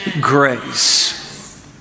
grace